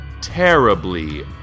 terribly